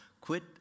Quit